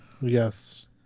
Yes